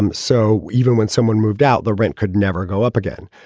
um so even when someone moved out, the rent could never go up again.